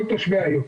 של כל תושבי העיר.